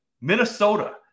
Minnesota